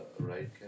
right